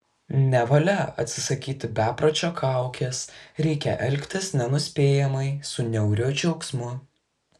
nevalia atsisakyti bepročio kaukės reikia elgtis nenuspėjamai su niauriu džiaugsmu